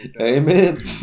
amen